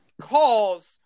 calls